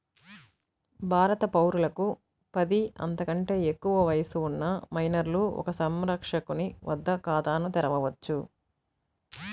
భారత పౌరులకు పది, అంతకంటే ఎక్కువ వయస్సు ఉన్న మైనర్లు ఒక సంరక్షకుని వద్ద ఖాతాను తెరవవచ్చు